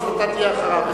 אז אתה תהיה אחריו,